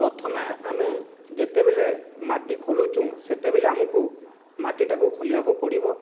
ପ୍ରଥମେ ଆମେ ଯେତେବେଲେ ମାଟି ଖୋଲୁଚୁଁ ସେତେବେକେ ଆମକୁ ମାଟିଟାକୁ ଖୋଲିବାକୁ ପଡ଼ିବ